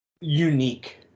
unique